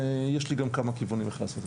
ויש לי גם כמה כיוונים לאופן שבו